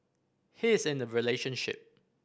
he is in a relationship